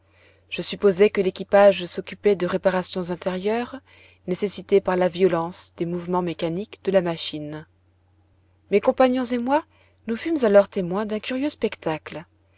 je supposai que l'équipage s'occupait de réparations intérieures nécessitées par la violence des mouvements mécaniques de la machine mes compagnons et moi nous fûmes alors témoins d'un curieux spectacle